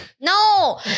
No